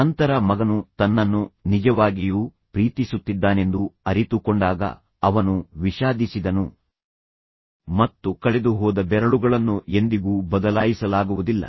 ನಂತರ ಮಗನು ತನ್ನನ್ನು ನಿಜವಾಗಿಯೂ ಪ್ರೀತಿಸುತ್ತಿದ್ದಾನೆಂದು ಅರಿತುಕೊಂಡಾಗ ಅವನು ವಿಷಾದಿಸಿದನು ಮತ್ತು ಕಳೆದುಹೋದ ಬೆರಳುಗಳನ್ನು ಎಂದಿಗೂ ಬದಲಾಯಿಸಲಾಗುವುದಿಲ್ಲ